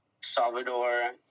Salvador